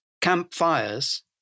campfires